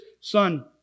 Son